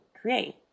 create